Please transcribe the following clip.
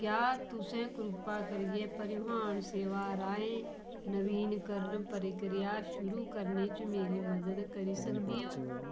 क्या तुस कृपा करियै परिवहन सेवा राहें नवीनीकरण प्रक्रिया शुरू करने च मेरी मदद करी सकदे ओ